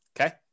Okay